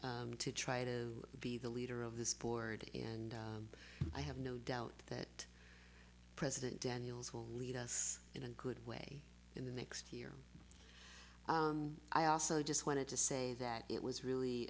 to try to be the leader of this board and i have no doubt that president daniels will lead us in a good way in the next year i also just wanted to say that it was really